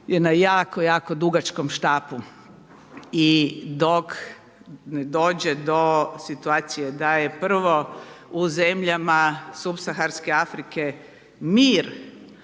je na jako, jako dugačkom štapu i dok ne dođe do situacije da je prvo u zemljama Subsaharske Afrike mir